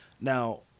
Now